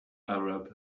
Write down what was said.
arab